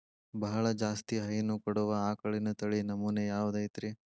ಬಹಳ ಜಾಸ್ತಿ ಹೈನು ಕೊಡುವ ಆಕಳಿನ ತಳಿ ನಮೂನೆ ಯಾವ್ದ ಐತ್ರಿ?